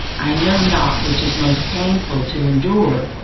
i know not which is most painful to endure,